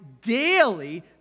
daily